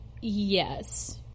yes